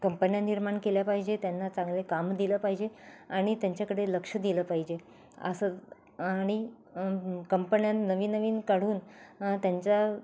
कंपन्या निर्माण केल्या पाहिजे त्यांना चांगले काम दिलं पाहिजे आणि त्यांच्याकडे लक्ष दिलं पाहिजे असं आणि कंपन्या नवीन नवीन काढून त्यांच्या